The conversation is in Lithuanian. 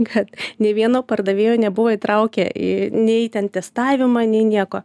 kad nei vieno pardavėjo nebuvo įtraukę į nei į ten testavimą nei nieko